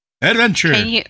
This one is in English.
Adventure